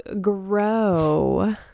grow